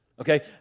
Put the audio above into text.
Okay